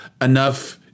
enough